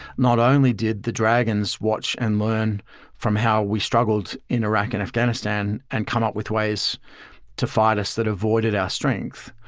not only did the dragons watch and learn from how we struggled in iraq and afghanistan and come up with ways to fight us that avoided our strength,